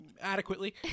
adequately